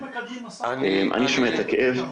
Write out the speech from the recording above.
אני שומע את הכאב,